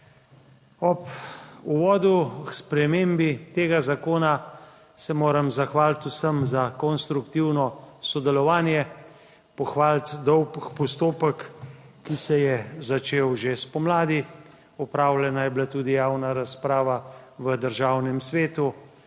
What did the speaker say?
Ob uvodu k spremembi tega zakona se moram zahvaliti vsem za konstruktivno sodelovanje, pohvaliti dolg postopek, ki se je začel že spomladi, opravljena je bila tudi javna razprava v Državnem svetu,